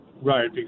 right